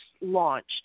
launched